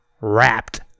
Wrapped